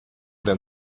den